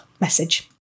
message